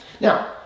Now